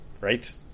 Right